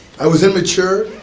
i was immature,